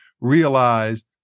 realized